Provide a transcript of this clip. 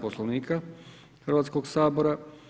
Poslovnika Hrvatskog sabora.